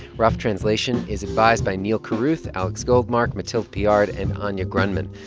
rough translation is advised by neil carruth, alex goldmark, mathilde piard and anya grundmann.